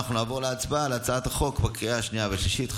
אנחנו נעבור להצבעה על הצעת החוק בקריאה השנייה והשלישית.